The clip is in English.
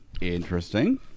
Interesting